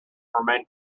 remained